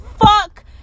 Fuck